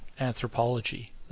anthropology